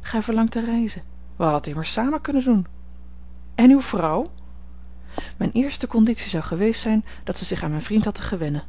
gij verlangt te reizen wij hadden het immers samen kunnen doen en uwe vrouw mijne eerste conditie zou geweest zijn dat zij zich aan mijn vriend had te gewennen